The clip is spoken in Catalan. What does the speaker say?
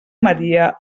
maria